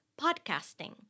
podcasting